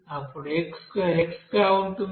అప్పుడు x2 X గా ఉంటుంది